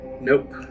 nope